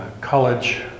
college